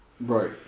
Right